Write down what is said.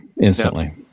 Instantly